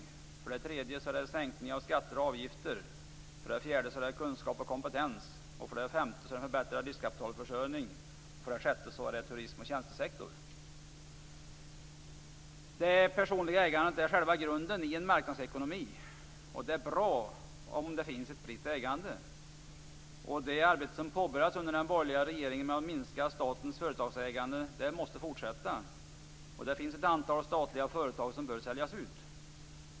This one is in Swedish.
För det tredje gäller det sänkning av skatter och avgifter. För det fjärde gäller det kunskap och kompetens, och för det femte gäller det förbättrad riskkapitalförsörjning. För det sjätte gäller det turism och tjänstesektor. Det personliga ägandet är själva grunden i en marknadsekonomi. Det är bra om det finns ett spritt ägande. Det arbete som påbörjades under den borgerliga regeringen med att minska statens företagsägande måste fortsätta. Det finns ett antal statliga företag som bör säljas ut.